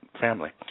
family